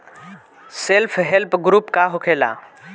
Self help group का होखेला?